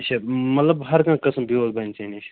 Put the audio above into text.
اَچھا مطلب ہَرٕ کانٛہہ قٕسٕم بیٛوٚل بَنہِ ژےٚ نِش